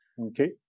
okay